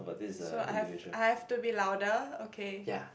so I have I have to be louder okay